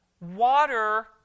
Water